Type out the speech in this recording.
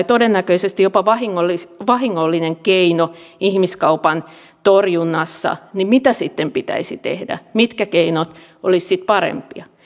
todennäköisesti jopa vahingollinen vahingollinen keino ihmiskaupan torjunnassa niin mitä sitten pitäisi tehdä mitkä keinot olisivat sitten parempia